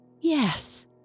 yes